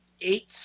eight